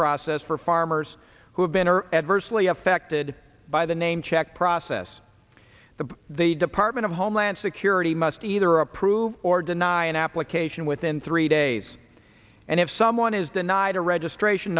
process for farmers who have been or adversely affected by the name check process that the department of homeland security must either approve or deny an application within three days and if someone is denied a registration